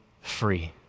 free